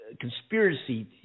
conspiracy